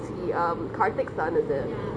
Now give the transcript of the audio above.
see um karthik son is it